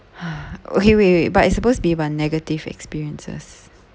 okay wait wait but it's supposed be about negative experiences